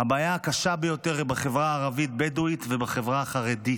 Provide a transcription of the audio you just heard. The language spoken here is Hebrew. הבעיה הקשה ביותר היא בחברה הערבית-בדואית ובחברה החרדית.